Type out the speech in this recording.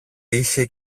είχε